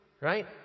right